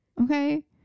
okay